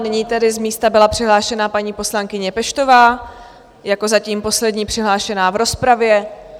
Nyní tedy z místa byla přihlášena paní poslankyně Peštová jako zatím poslední přihlášená v rozpravě.